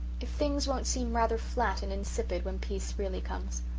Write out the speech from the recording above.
if things won't seem rather flat and insipid when peace really comes.